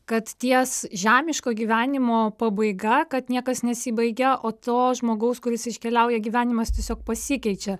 kad ties žemiško gyvenimo pabaiga kad niekas nesibaigia o to žmogaus kuris iškeliauja gyvenimas tiesiog pasikeičia